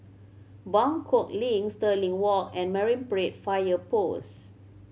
Buangkok Link Stirling Walk and Marine Parade Fire Post